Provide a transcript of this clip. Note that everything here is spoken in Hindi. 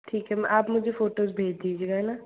ठीक है में आप मुझे फोटोज़ भेज दीजिएगा है ना